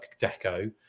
deco